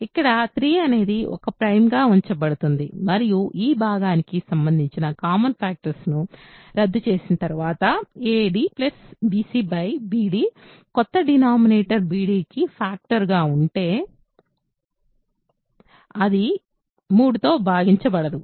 ఇక్కడ 3 అనేది ఒక ప్రైమ్ గా ఉపయోగించబడుతుంది మరియు ఈ భాగానికి సంబంధించిన కామన్ ఫ్యాక్టర్స్ ను రద్దు చేసిన తర్వాత a d bc bd కొత్త డినామినేటర్ b d కి ఫాక్టర్ గా ఉంటే అది 3 తో భాగించబడదు